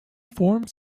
forms